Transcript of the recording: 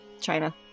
China